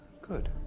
Good